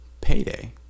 Payday